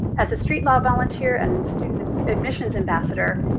as a street law volunteer and student admissions ambassador,